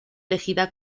elegida